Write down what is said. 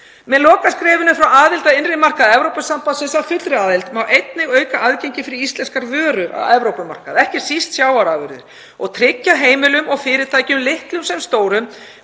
Með lokaskrefinu frá aðild að innri markaði Evrópusambandsins að fullri aðild má einnig auka aðgengi fyrir íslenskar vörur að Evrópumarkaði, ekki síst sjávarafurðir, og tryggja heimilum og fyrirtækjum, litlum sem stórum,